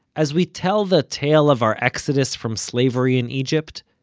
as we tell the tale of our exodus from slavery in egypt,